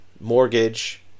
mortgage